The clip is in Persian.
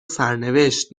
سرنوشت